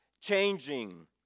changing